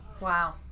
Wow